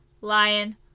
lion